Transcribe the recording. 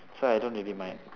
so I don't really mind